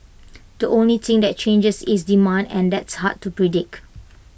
the only thing that changes is demand and that's hard to predict